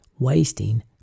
wasting